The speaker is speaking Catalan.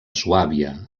suàbia